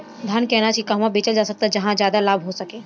धान के अनाज के कहवा बेचल जा सकता जहाँ ज्यादा लाभ हो सके?